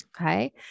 okay